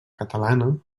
catalana